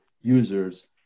users